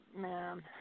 man